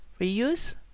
Reuse